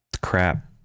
crap